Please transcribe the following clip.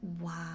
Wow